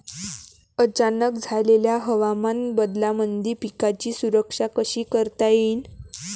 अचानक झालेल्या हवामान बदलामंदी पिकाची सुरक्षा कशी करता येईन?